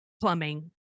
plumbing